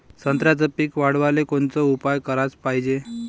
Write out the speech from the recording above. संत्र्याचं पीक वाढवाले कोनचे उपाव कराच पायजे?